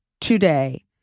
today